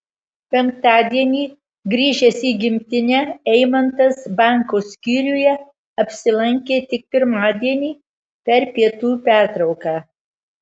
penktadienį grįžęs į gimtinę eimantas banko skyriuje apsilankė tik pirmadienį per pietų pertrauką